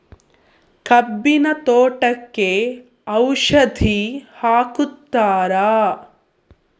ಕಬ್ಬಿನ ತೋಟಕ್ಕೆ ಔಷಧಿ ಹಾಕುತ್ತಾರಾ?